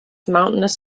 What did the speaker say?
mountainous